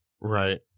Right